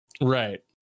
right